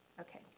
Okay